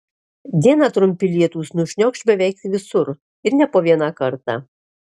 dieną trumpi lietūs nušniokš beveik visur ir ne po vieną kartą